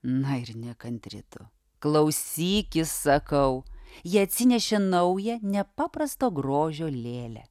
na ir nekantri tu klausykis sakau ji atsinešė naują nepaprasto grožio lėlę